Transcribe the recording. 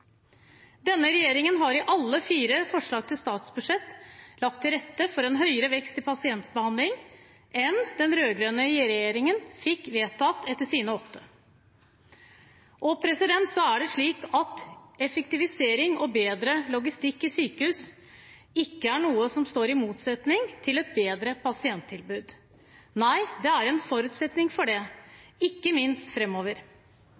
Denne regjeringen har i alle sine fire forslag til statsbudsjett lagt til rette for en høyere vekst i pasientbehandling enn det den rød-grønne regjeringen fikk vedtatt etter sine åtte. Så er det slik at effektivisering og bedre logistikk i sykehus ikke er noe som står i motsetning til et bedre pasienttilbud. Nei, det er en forutsetning for